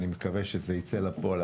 אני מקווה שזה יצא לפועל.